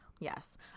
Yes